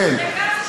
לגמרי.